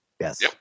Yes